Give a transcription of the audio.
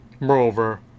moreover